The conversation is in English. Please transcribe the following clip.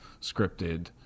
scripted